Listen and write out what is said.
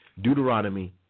Deuteronomy